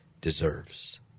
deserves